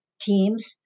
teams